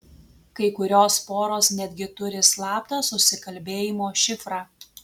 kai kurios poros netgi turi slaptą susikalbėjimo šifrą